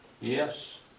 Yes